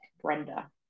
Brenda